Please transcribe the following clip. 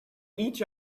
each